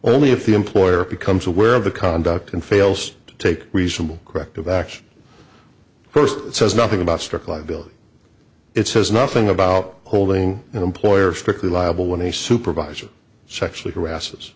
only if the employer becomes aware of the conduct and fails to take reasonable corrective action first it says nothing about strict liability it says nothing about holding employers strictly liable when a supervisor sexually harass